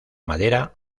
madera